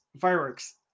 fireworks